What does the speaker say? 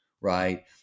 right